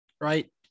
Right